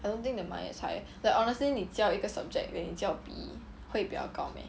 I don't think the money as high like honestly 你教一个 subject then 你教 P_E 会比较高 meh